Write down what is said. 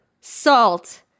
salt